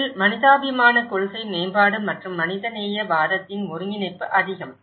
இதில் மனிதாபிமான கொள்கை மேம்பாடு மற்றும் மனிதநேய வாதத்தின் ஒருங்கிணைப்பு அதிகம்